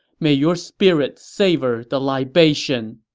may your spirit savor the libation!